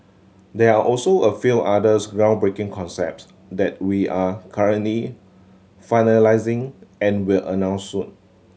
there are also a few other groundbreaking concepts that we're currently finalising and will announce soon